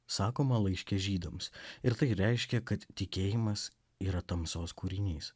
sakoma laiške žydams ir tai reiškia kad tikėjimas yra tamsos kūrinys